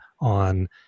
on